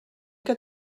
que